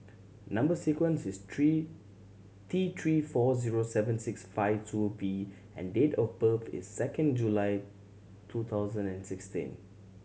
number sequence is three T Three four zero seven six five two V and date of birth is second July two thousand and sixteen